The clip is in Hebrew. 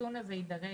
החיסון הזה יידרש